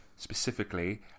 specifically